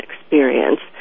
experience